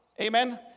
amen